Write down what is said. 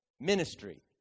ministry